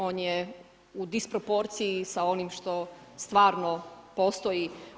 On je u disproporciji sa onim što stvarno postoji.